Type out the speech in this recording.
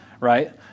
right